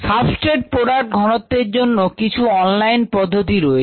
substrate product ঘনত্বের জন্য কিছু অনলাইন পদ্ধতি রয়েছে